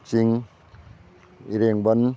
ꯀꯛꯆꯤꯡ ꯏꯔꯦꯡꯕꯟ